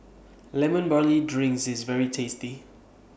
Lemon Barley Drink IS very tasty